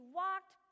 walked